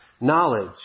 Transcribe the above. knowledge